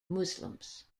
muslims